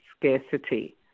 scarcity